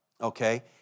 okay